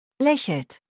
Lächelt